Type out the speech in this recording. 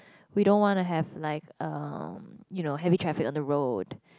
we don't wanna have like um you know heavy traffic on the road